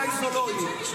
אולי זאת לא היא.